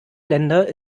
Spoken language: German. länder